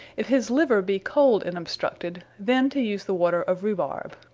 if his liver be cold and obstructed, then to use the water of rubarb.